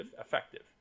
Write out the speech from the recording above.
effective